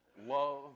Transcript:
love